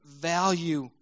value